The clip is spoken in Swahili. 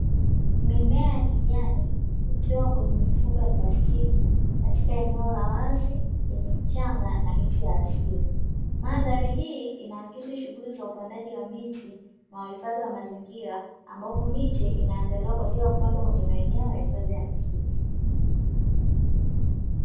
Mimea ya kijani ikiwa kwenye mifuko ya plastiki katika eneo la wazi lenye mchanga na miti ya asili, mandhari hii inaakisi shughuli za upandaji wa miti na uhifadhi wa mazingira ambapo miche inaandaliwa kwa ajili ya kupandwa kwenye maeneo ya hifadhi ya misitu.